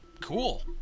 Cool